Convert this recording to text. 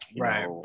Right